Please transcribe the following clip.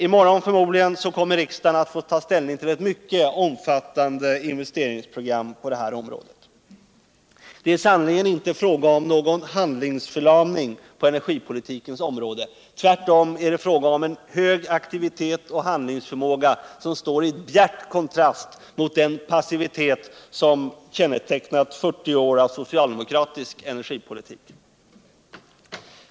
I morgon kommer förmodligen riksdagen att få ta ställning till ett mycket omfattande investeringsprogram på det här området. Det är sannerligen inte fråga om någon handlingsförlamning på energipolitikens område; tvärtom är det fråga om hög aktivitet och handlingsförmåga, som står i bjärt kontrast mot den passivitet som kännetecknat 40 år av socialdemokratisk energipolitik.